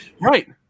Right